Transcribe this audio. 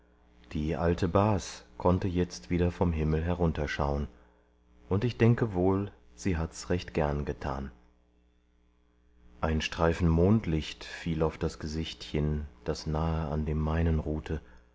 die alte bas konnte jetzt wieder vom himmel herunterschauen und ich denke wohl sie hat's recht gern getan ein streifen mondlicht fiel auf das gesichtchen das nahe an dem meinen ruhte